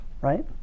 Right